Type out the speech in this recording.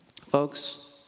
Folks